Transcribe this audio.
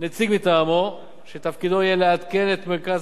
נציג מטעמו שתפקידו יהיה לעדכן את מרכז